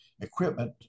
equipment